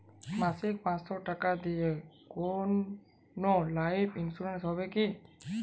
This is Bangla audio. মাসিক পাঁচশো টাকা দিয়ে কোনো লাইফ ইন্সুরেন্স হবে কি?